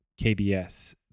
KBS